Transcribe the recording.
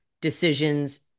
decisions